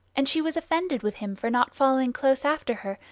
and she was offended with him for not following close after her,